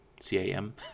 C-A-M